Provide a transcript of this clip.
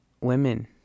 women